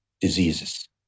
diseases